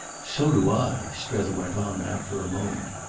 so do i! strether went on after a moment.